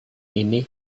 ini